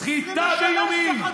סחיטה באיומים.